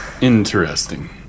Interesting